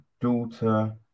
daughter